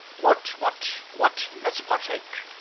what, what, what? let's partake.